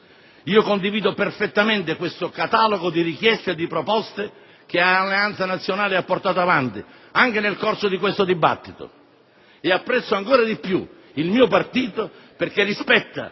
Io condivido perfettamente questo catalogo di richieste e proposte che Alleanza Nazionale ha portato avanti anche nel corso di questo dibattito. E apprezzo ancora di più il mio partito perché rispetta